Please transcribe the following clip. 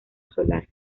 solar